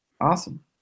Awesome